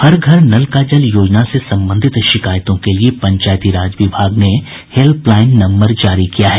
हर घर नल का जल योजना से संबंधित शिकायतों के लिए पंचायती राज विभाग ने हेल्पलाईन नम्बर जारी किया है